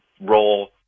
role